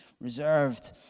reserved